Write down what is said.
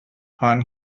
upon